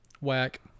Whack